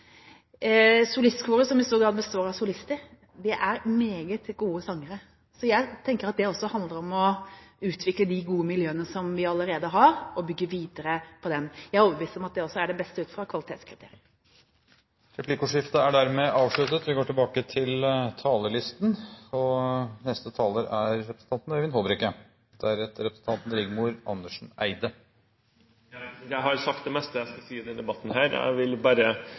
Solistkoret, som i stor grad består av solister, er meget gode sangere. Så jeg tenker at det også handler om å utvikle de gode miljøene vi allerede har, og bygge videre på dem. Jeg er overbevist om at det også er det beste, ut fra kvalitetskriterier. Replikkordskiftet er omme. Jeg har sagt det meste jeg skal si i denne debatten. Jeg ville bare respondere litt på representanten Tove Karoline Knutsens innlegg, som jeg